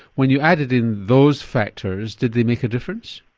when you added in those factors did they make a difference?